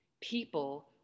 people